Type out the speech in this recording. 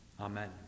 Amen